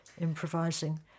improvising